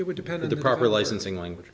it would depend on the proper licensing language